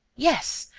yes,